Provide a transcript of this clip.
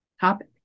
topic